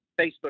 Facebook